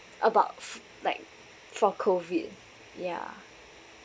about f~ like for COVID yeah